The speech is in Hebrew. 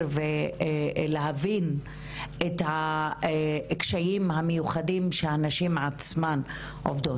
ולהבין את הקשיים המיוחדים שנשים עצמן עוברות.